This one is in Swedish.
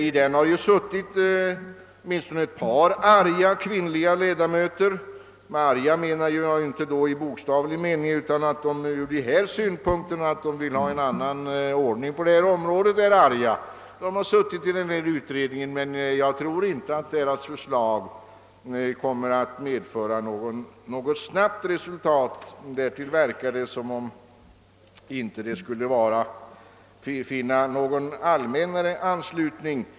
I denna beredning har suttit åtminstone ett par »arga» kvinnliga ledamöter — jag menar då inte att de varit arga i bokstavlig mening utan att de velat ha en annan ordning på detta område. Jag tror emellertid inte att deras förslag kommer att medföra något snabbt resultat — det verkar som om det inte skulle vinna någon allmännare anslutning.